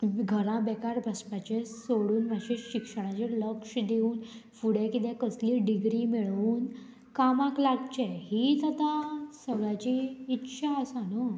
घरा बेकार बसपाचें सोडून मातशें शिक्षणाचेर लक्ष दिवन फुडें किदें कसली डिग्री मेळोवन कामाक लागचें हीच आतां सगळ्यांची इच्छा आसा न्हू